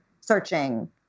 searching